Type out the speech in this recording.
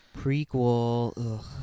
prequel